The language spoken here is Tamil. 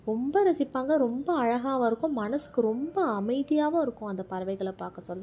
ரொம்ப ரசிப்பாங்கள் ரொம்ப அழகாவும் இருக்கும் மனசுக்கு ரொம்ப அமைதியாகவும் இருக்கும் அந்த பறவைகளை பார்க்க சொல்ல